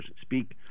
speak